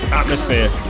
atmosphere